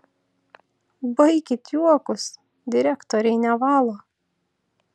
baikit juokus direktoriai nevalo